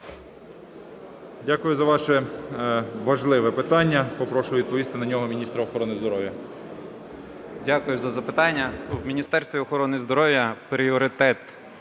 Дякую за ваше важливе питання. Попрошу відповісти на нього міністра охорони здоров'я. 10:55:22 ЛЯШКО В.К. Дякую за запитання. В Міністерстві охорони здоров'я пріоритет